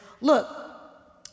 look